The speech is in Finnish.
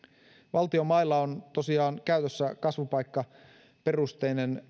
valtion mailla on tosiaan käytössä kasvupaikkaperusteinen